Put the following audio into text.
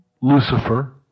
Lucifer